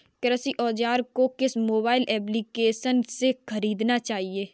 कृषि औज़ार को किस मोबाइल एप्पलीकेशन से ख़रीदना चाहिए?